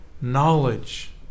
knowledge